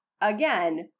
again